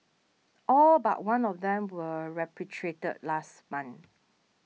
all but one of them were repatriated last month